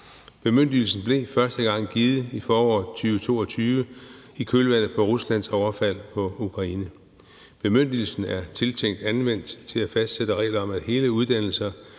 Bemyndigelsen blev første gang givet i foråret 2022 i kølvandet på Ruslands overfald på Ukraine. Bemyndigelsen er tiltænkt anvendt til at fastsætte regler om, at hele uddannelser